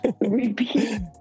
repeat